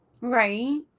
Right